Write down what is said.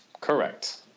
Correct